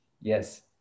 yes